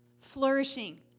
flourishing